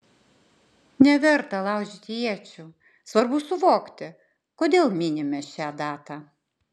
neverta laužyti iečių svarbu suvokti kodėl minime šią datą